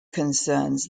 concerns